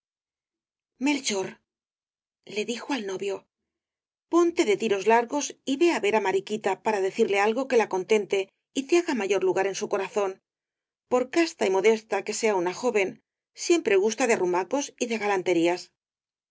melchor le dijo al novio ponte de tiros largos y ve á ver á mariquita para decirle algo que la contente y te haga mayor lugar en su corazón por casta y modesta que sea una joven siempre gusta de arrumacos y de galanterías